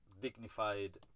dignified